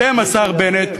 אתם, השר בנט,